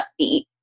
upbeat